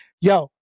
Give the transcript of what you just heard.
Yo